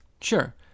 Sure